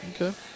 okay